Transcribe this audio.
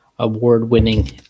Award-winning